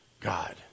God